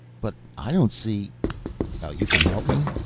but i don't see how you can help me?